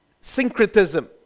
syncretism